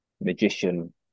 magician